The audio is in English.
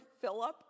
Philip